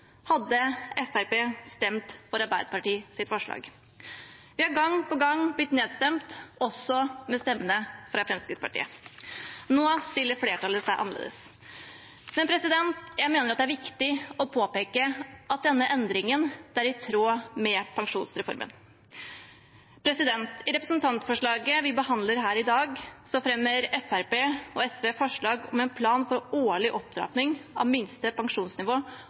hadde Fremskrittspartiet stemt for Arbeiderpartiets forslag. Vi har gang på gang blitt nedstemt, også med stemmene fra Fremskrittspartiet. Nå stiller flertallet seg annerledes, men jeg mener det er viktig å påpeke at denne endringen er i tråd med pensjonsreformen. I representantforslaget vi behandler her i dag, fremmer Fremskrittspartiet og SV forslag om en plan for årlig opptrapping av minste pensjonsnivå